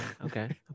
Okay